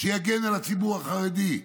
שיגן על הציבור החרדי.